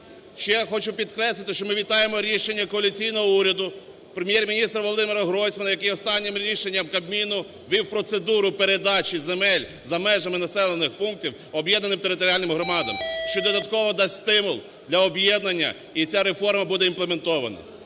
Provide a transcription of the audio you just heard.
Ще я хочу підкреслити, що ми вітає рішення коаліційного уряду, Прем'єр-міністра Володимира Гройсмана, який останнім рішенням Кабміну ввів процедуру передачі земель за межами населених пунктів об'єднаним територіальним громадам, що додатково дасть стимул для об'єднання і ця реформа буде імплементована.